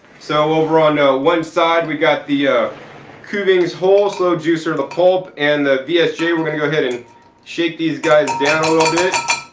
so over on one side, we got the ah kuvings whole slow juicer, the pulp, and the vsj. we're gonna go ahead and shake these guys how a little bit.